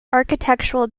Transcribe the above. architectural